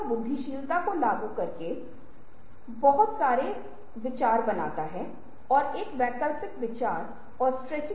ताकि आप इसके अंत में एक प्रयोग करने योग्य प्रकार की सामग्री के साथ अभिसरण कर सकें और आगे बढ़ सकें